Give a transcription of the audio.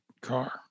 car